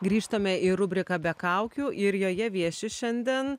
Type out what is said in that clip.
grįžtame į rubriką be kaukių ir joje vieši šiandien